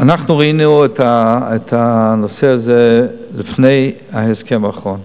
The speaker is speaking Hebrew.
אנחנו ראינו את הנושא הזה לפני ההסכם האחרון.